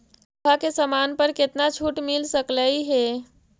लोहा के समान पर केतना छूट मिल सकलई हे